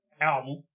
album